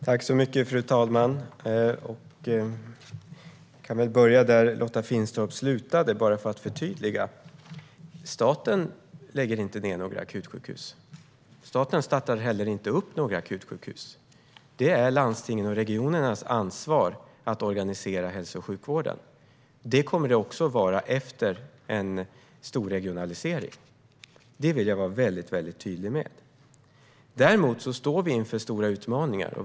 Svar på interpellationer Fru talman! Jag kan väl börja där Lotta Finstorp slutade, bara för att förtydliga. Staten lägger inte ned några akutsjukhus. Staten startar heller inte några akutsjukhus. Det är landstingens och regionernas ansvar att organisera hälso och sjukvården. Så kommer det också att vara efter en storregionalisering. Det vill jag vara väldigt tydlig med. Däremot står vi inför stora utmaningar.